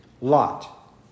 Lot